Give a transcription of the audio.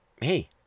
hey